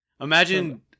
Imagine